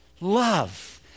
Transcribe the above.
Love